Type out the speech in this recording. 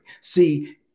See